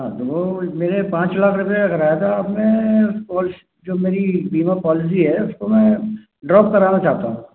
हाँ तो वो मेरे पाँच लाख रुपये का कराया था हम ने पौलिस जो मेरी बीमा पौलिसी है उसको मैं ड्रौप कराना चाहता हूँ